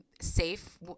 safe